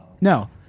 No